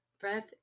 Breath